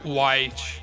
White